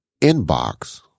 inbox